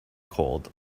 cold